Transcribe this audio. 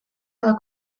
edo